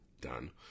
done